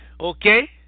okay